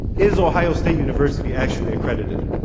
is ohio state university actually accredited?